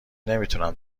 نمیتونم